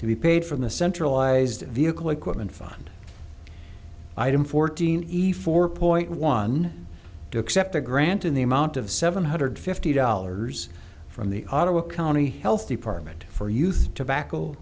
to be paid from the centralised vehicle equipment found item fourteen easy for point one to accept a grant in the amount of seven hundred fifty dollars from the ottawa county health department for youth tobacco